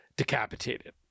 Decapitated